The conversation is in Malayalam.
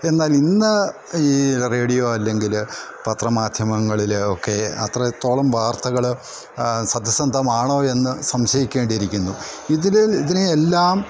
എന്നാലിന്ന് ഈ റേഡിയോ അല്ലെങ്കിൽ പത്രമാധ്യമങ്ങളിൽ ഒക്കെ അത്രത്തോളം വാർത്തകൾ സത്യസന്ധമാണോ എന്ന് സംശയിക്കേണ്ടിയിരിക്കുന്നു ഇതിൽ ഇതിനെയെല്ലാം